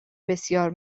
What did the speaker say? بسیار